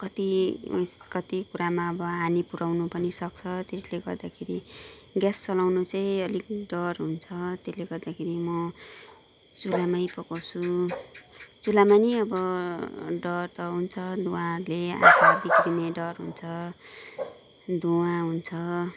कति उयो कति कुरामा अब हानी पुर्याउनु पनि सक्छ त्यसले गर्दाखेरि ग्यास चलाउनु चाहिँ अलिक डर हुन्छ त्यसले गर्दाखेरि म चुलामा पकाउँछु चुलामा पनि अब डर त हुन्छ धुँवाहरूले आँखा बिग्रिने डर हुन्छ धुँवा हुन्छ